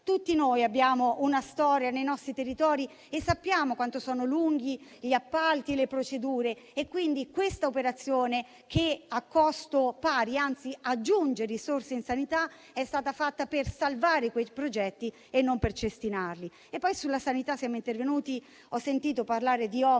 Tutti noi abbiamo una storia nei nostri territori e sappiamo quanto siano lunghi gli appalti e le procedure. Questa operazione che è a costo pari, anzi aggiunge risorse alla sanità, è stata fatta per salvare quei progetti e non per cestinarli. Sempre in tema di sanità ho sentito parlare di